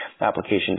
application